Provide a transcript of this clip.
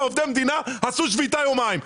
ועובדי מדינה עשו שביתה יומיים.